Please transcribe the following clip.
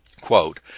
quote